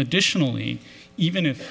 additionally even if